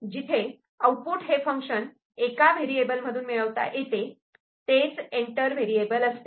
जिथे आउटपुट हे फंक्शन एका व्हेरिएबल मधून मिळवता येते आणि तेच एंटर व्हेरिएबल असते